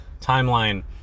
timeline